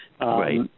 right